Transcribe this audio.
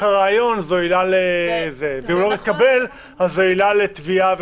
הריאיון והוא לא התקבל אז זאת עילה לתביעה.